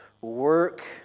work